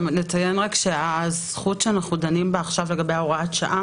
נציין רק שהזכות שאנחנו דנים בה עכשיו לגבי הוראת השעה